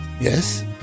Yes